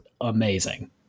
amazing